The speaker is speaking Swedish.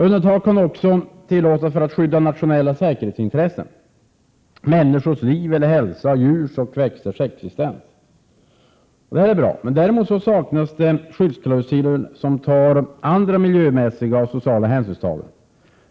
Undantag kan också tillåtas för att skydda nationella säkerhetsintressen, människors liv eller hälsa, djurs och växters existens. Allt detta är bra. Däremot saknas skyddsklausuler som tar andra miljömässiga och sociala hänsyn.